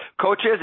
coaches